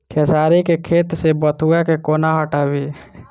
खेसारी केँ खेत सऽ बथुआ केँ कोना हटाबी